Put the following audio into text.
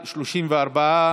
סעיפים 1 8 נתקבלו.